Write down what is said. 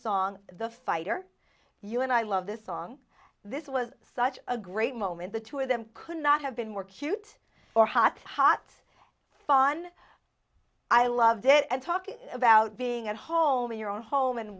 song the fighter you and i love this song this was such a great moment the two of them could not have been more cute or hot hot fun i loved it and talking about being at home in your own home and